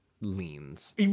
leans